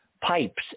pipes